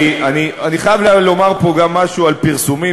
אני חייב לומר פה גם משהו על פרסומים